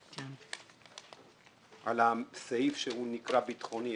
על הסעיף שנקרא ביטחוני,